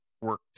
work